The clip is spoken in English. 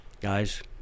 Guys